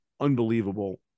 unbelievable